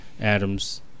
Adams